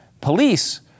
Police